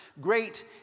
great